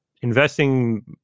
investing